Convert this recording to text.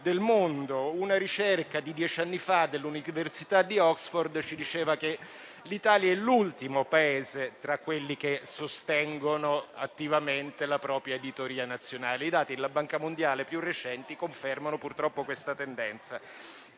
del mondo. Una ricerca di dieci anni fa dell'università di Oxford diceva che l'Italia è l'ultimo Paese tra quelli che sostengono attivamente la propria editoria nazionale; i dati più recenti della Banca mondiale confermano, purtroppo, questa tendenza.